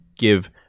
give